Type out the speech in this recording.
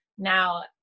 Now